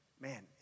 man